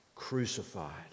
Crucified